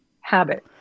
habit